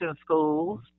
schools